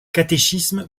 catéchisme